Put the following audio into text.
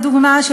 לדוגמה,